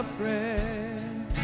bread